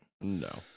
No